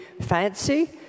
fancy